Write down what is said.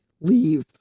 leave